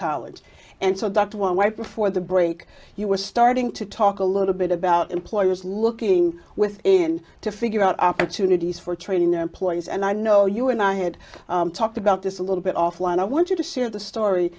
college and so that one where before the break you were starting to talk a little bit about employers looking within to figure out opportunities for training their employees and i know you and i had talked about this a little bit off one i want you to see of the story